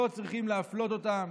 לא צריך להפלות אותם